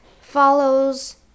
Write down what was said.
Follows